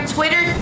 Twitter